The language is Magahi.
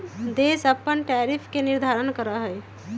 देश अपन टैरिफ के निर्धारण करा हई